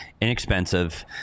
inexpensive